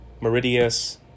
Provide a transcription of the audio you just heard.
Meridius